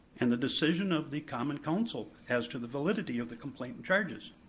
and the decision of the common council as to the validity of the complaint and charges.